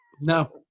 No